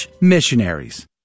missionaries